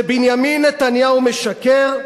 שבנימין נתניהו משקר,